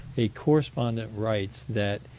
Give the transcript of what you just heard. a correspondent writes that,